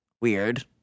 weird